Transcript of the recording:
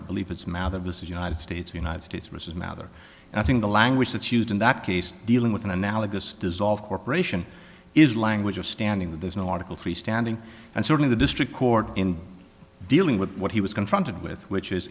i believe it's mao that was the united states united states versus mather and i think the language that's used in that case dealing with an analogous dissolve corporation is language of standing that there's no article three standing and certainly the district court in dealing with what he was confronted with which is